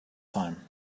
time